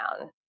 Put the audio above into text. down